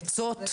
עצות,